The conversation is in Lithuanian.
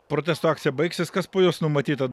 protesto akcija baigsis kas po jos numatyta